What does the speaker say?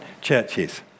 churches